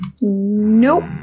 Nope